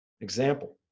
Example